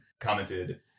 commented